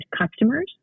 customers